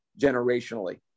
generationally